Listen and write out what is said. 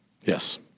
Yes